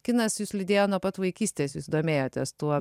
kinas jus lydėjo nuo pat vaikystės jūs domėjotės tuo